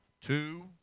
two